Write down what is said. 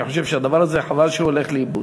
אני חושב שהדבר הזה, חבל שהוא הולך לאיבוד.